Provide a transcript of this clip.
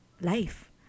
life